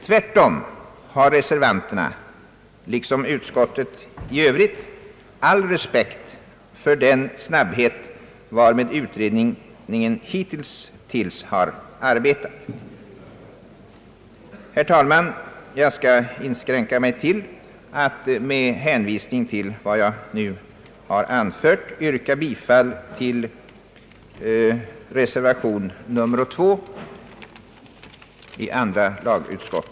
Tvärtom har reservanterna liksom utskottet i övrigt all respekt för den snabbhet varmed utredningen hittills har arbetat.